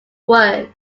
work